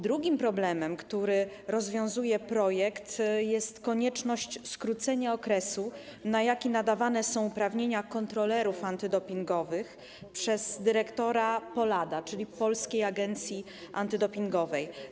Drugim problemem, który rozwiązuje projekt, jest konieczność skrócenia okresu, na jaki nadawane są uprawnienia kontrolerów antydopingowych przez dyrektora POLADA, czyli Polskiej Agencji Antydopingowej.